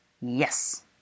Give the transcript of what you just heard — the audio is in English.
Yes